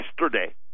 yesterday